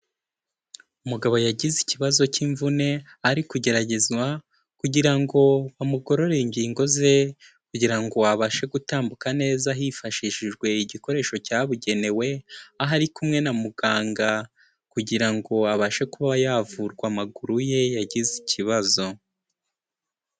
Umugabo yagize ikibazo cy'imvune ari kugeragezwa kugira ngo bamugorore ingingo ze kugira ngo abashe gutambuka neza hifashishijwe igikoresho cyabugenewe aho ari kumwe na muganga kugira ngo abashe kuba yavurwa amaguru ye yagize ikibazo.